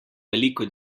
veliko